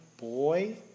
boy